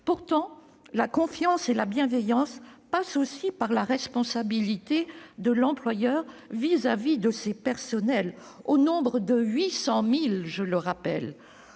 Pourtant, la confiance et la bienveillance passent aussi par la responsabilité de l'employeur vis-à-vis de ses personnels, qui, je le rappelle,